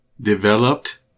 Developed